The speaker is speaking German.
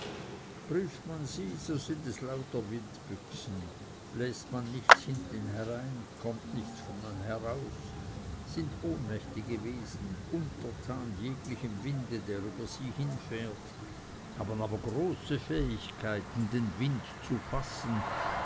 prüft man sie so sind es lauter windbüchsen bläst man nichts hinten rein kömmt nichts vornen raus sind ohnmächtige wesen untertan jeglichem winde der über sie hinfährt haben aber große fähigkeit den wind zu fassen